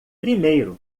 primeiro